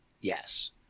yes